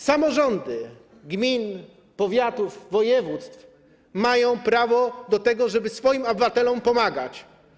Samorządy gmin, powiatów, województw mają prawo do tego, żeby swoim obywatelom pomagać.